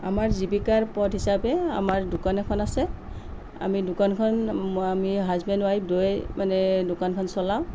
আমাৰ জীৱিকাৰ পথ হিচাপে আমাৰ দোকান এখন আছে আমি দোকানখন আমি হাজবেণ্ড ওৱাইফ দুয়োৱে মানে দোকানখন চলাওঁ